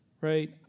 Right